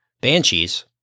Banshees